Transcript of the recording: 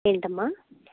ఏంటమ్మ